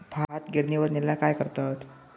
भात गिर्निवर नेल्यार काय करतत?